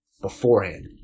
beforehand